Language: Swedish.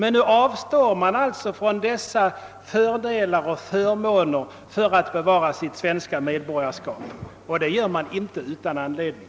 Nu avstår man alltså från dessa förmåner för att bevara sitt svenska medborgarskap, och det gör man inte utan anledning.